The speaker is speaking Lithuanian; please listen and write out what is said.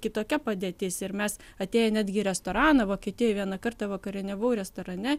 kitokia padėtis ir mes atėję netgi į restoraną vokietijoj vieną kartą vakarieniavau restorane